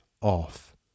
off